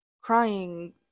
crying